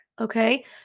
Okay